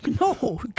No